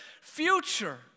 future